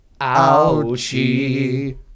ouchie